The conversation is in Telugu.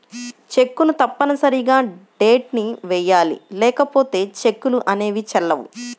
చెక్కును తప్పనిసరిగా డేట్ ని వెయ్యాలి లేకపోతే చెక్కులు అనేవి చెల్లవు